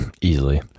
Easily